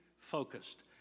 focused